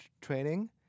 training